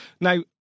Now